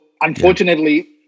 unfortunately